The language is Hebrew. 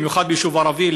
במיוחד ביישוב ערבי,